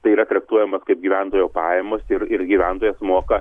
tai yra traktuojamas kaip gyventojo pajamos tai ir ir gyventojas moka